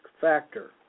factor